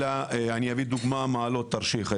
אני אביא דוגמה ממעלות-תרשיחא.